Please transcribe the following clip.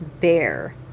bear